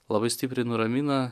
labai stipriai nuramina